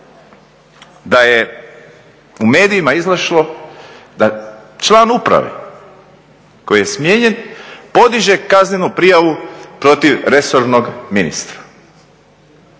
da je u medijima izašlo da član uprave koji je smijenjen podiže kaznenu prijavu protiv resornog ministra.